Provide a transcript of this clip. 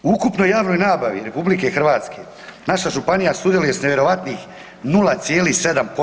U ukupnoj javnoj nabavi RH naša županija sudjeluje s nevjerojatnih 0,7%